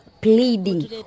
pleading